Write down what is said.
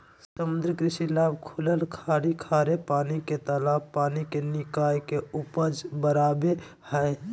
समुद्री कृषि लाभ खुलल खाड़ी खारे पानी के तालाब पानी निकाय के उपज बराबे हइ